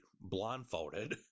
blindfolded